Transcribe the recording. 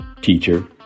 teacher